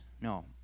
No